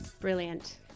brilliant